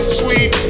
sweet